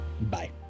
bye